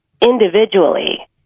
individually